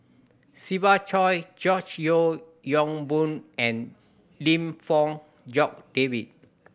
Siva Choy George Yeo Yong Boon and Lim Fong Jock David